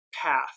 path